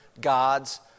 gods